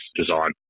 design